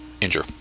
injure